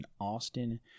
Austin